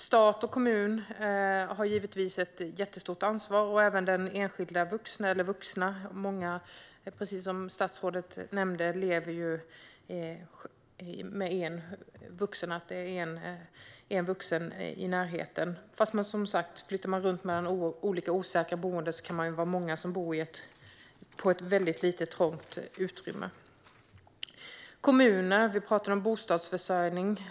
Stat, kommun och enskilda vuxna har givetvis ett stort ansvar. Flyttar man runt mellan olika osäkra boenden kan det vara många barn som tvingas bo på ett trångt utrymme. Vi pratar om bostadsförsörjning.